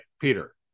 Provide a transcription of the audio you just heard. peter